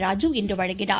ராஜீ இன்று வழங்கினார்